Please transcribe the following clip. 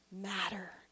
matter